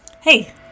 Hey